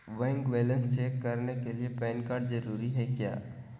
Bank balance check करने के लिए पैन कार्ड जरूरी है क्या?